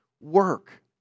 work